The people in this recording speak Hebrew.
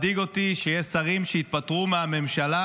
מדאיג אותי שיש שרים שהתפטרו מהממשלה